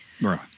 Right